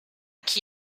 qui